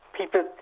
People